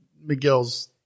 Miguel's